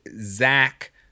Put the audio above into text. Zach